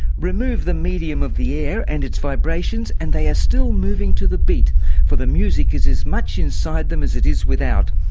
remove the medium of the air and its vibrations and they are still moving to the beat for the music is as much inside them as it is without.